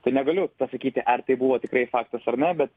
tai negaliu pasakyti ar tai buvo tikrai faktas ar ne bet